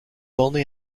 only